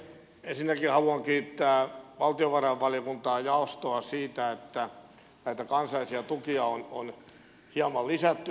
ensinnäkin haluan kiittää valtiovarainvaliokuntaa jaostoa siitä että kansallisia tukia on hieman lisätty